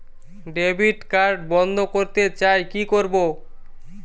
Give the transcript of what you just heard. Debit card বন্ধ করতে চাই কি করব?